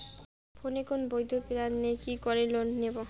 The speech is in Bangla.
ফোনে কোন বৈধ প্ল্যান নেই কি করে ঋণ নেব?